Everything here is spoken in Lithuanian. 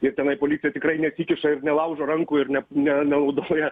ir tenai policija tikrai nesikiša ir nelaužo rankų ir nep nenaudoja